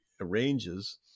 arranges